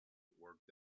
worked